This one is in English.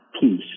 peace